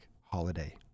holiday